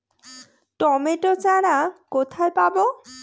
Tomato চারা কোথায় পাবো?